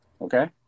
okay